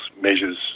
measures